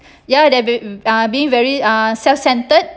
ya they be~ uh being very uh self-centered